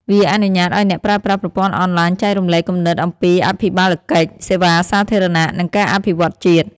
វាអនុញ្ញាតឱ្យអ្នកប្រើប្រាស់ប្រព័ន្ធអនឡាញចែករំលែកគំនិតអំពីអភិបាលកិច្ច សេវាសាធារណៈ និងការអភិវឌ្ឍន៍ជាតិ។